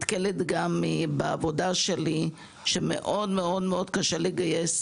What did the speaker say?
בעבודה שלי אני נתקלת בכך שמאוד קשה לגייס